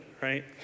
right